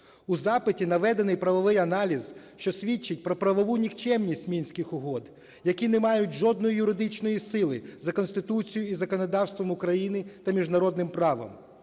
У запиті наведений правовий аналіз, що свідчить про правову нікчемність Мінських угод, які не мають жодної юридичної сили за Конституцією і законодавством України та міжнародним правом.